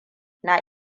na